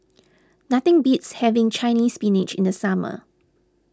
nothing beats having Chinese Spinach in the summer